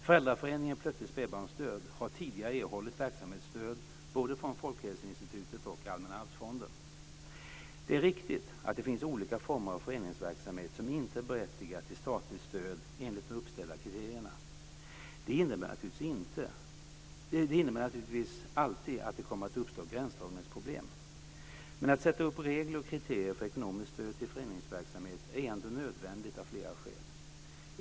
Föräldraföreningen Plötslig spädbarnsdöd har tidigare erhållit verksamhetsstöd både från Folkhälsoinstitutet och från Allmänna arvsfonden. Det är riktigt att det finns olika former av föreningsverksamhet som inte är berättigade till statligt stöd enligt de uppställda kriterierna. Det innebär naturligtvis alltid att det kommer att uppstå gränsdragningsproblem. Men att sätta upp regler och kriterier för ekonomiskt stöd till föreningsverksamhet är nödvändigt av flera skäl.